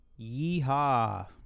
Yeehaw